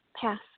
Pass